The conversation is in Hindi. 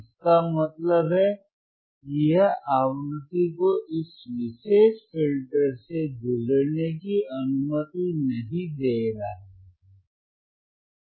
इसका मतलब है कि यह आवृत्ति को इस विशेष फिल्टर से गुजरने की अनुमति नहीं दे रहा है